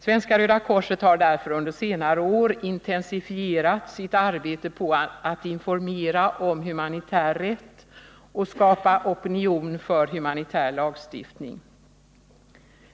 Svenska röda korset har därför under senare år intensifierat sitt arbete på att informera om humanitär rätt och skapa opinion för humanitär lagstiftning.